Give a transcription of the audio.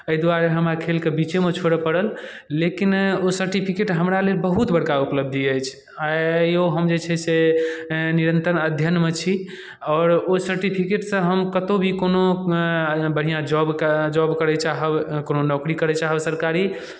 एहि दुआरे हमरा खेलके बीचेमे छोड़य पड़ल लेकिन ओ सर्टिफिकेट हमरा लेल बहुत बड़का उपलब्धि अछि आइयो हम जे छै से निरन्तर अध्ययनमे छी आओर ओ सर्टिफिकेटसँ हम कतहु भी कोनो बढ़िआँ जॉबके जॉब करय चाहब कोनो नौकरी करय चाहब सरकारी